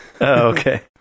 okay